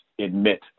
admit